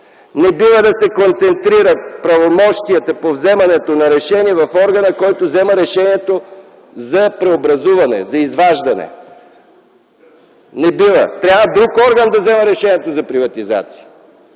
Не бива да се концентрират правомощията по вземането на решения в органа, който взема решението за преобразуване, за изваждане. Не бива. Трябва друг орган да взима решението за приватизация.